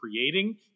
creating